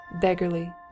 beggarly